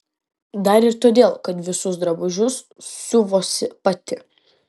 dar ir todėl kad visus drabužius siuvuosi pati